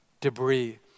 debris